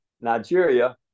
Nigeria